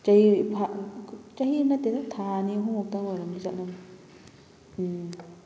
ꯆꯍꯤ ꯆꯍꯤ ꯅꯠꯇꯦꯗ ꯊꯥ ꯑꯅꯤ ꯑꯍꯨꯝꯃꯨꯛꯇꯪ ꯑꯣꯏꯔꯝꯅꯤ ꯆꯠꯂꯝꯕ ꯎꯝ